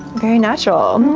very natural.